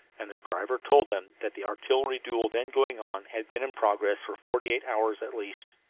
and their driver told them that the artillery duel then going on had been in progress for forty-eight hours at least.